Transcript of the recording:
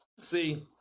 See